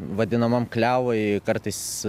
vadinamam klevui kartais